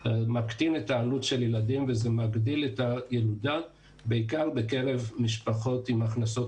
מקטין את העלות של ילדים וזה מגביל את הילודה בעיקר בקרב משפחות עם הכנסות